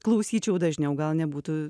klausyčiau dažniau gal nebūtų